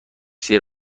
زیر